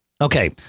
Okay